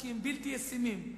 הם בלתי ישימים.